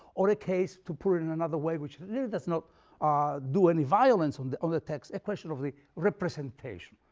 or a case, to put it in another way, which really does not do any violence on the on the text, a question of the representation.